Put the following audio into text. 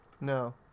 No